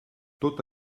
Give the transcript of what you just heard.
tot